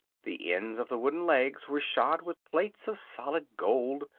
the ends of the wooden legs were shod with plates of solid gold,